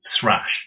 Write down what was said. thrash